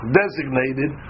designated